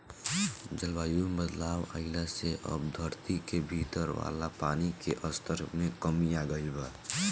जलवायु में बदलाव आइला से अब धरती के भीतर वाला पानी के स्तर में कमी आ गईल बा